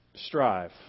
Strive